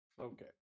Okay